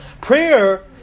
Prayer